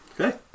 Okay